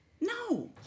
No